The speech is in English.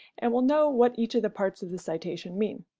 and will know what each of the parts of the citation mean.